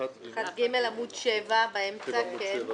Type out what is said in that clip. עמוד 7 באמצע.